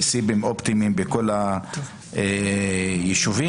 סיבים אופטיים בכול היישובים